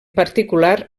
particular